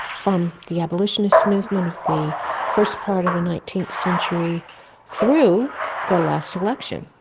from the abolitionist movement of the first part of the nineteenth century through the last election,